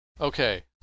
Okay